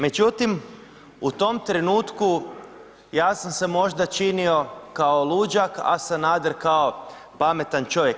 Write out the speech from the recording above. Međutim, u tom trenutku, ja sam se možda činio kao luđak, a Sanader kao pametan čovjek.